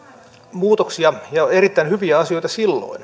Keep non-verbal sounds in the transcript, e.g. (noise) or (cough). muutoksia ja erittäin hyviä asioita silloin (unintelligible)